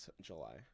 July